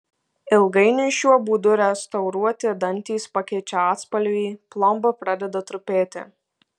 ilgainiui šiuo būdu restauruoti dantys pakeičia atspalvį plomba pradeda trupėti